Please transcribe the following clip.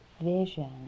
vision